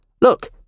Look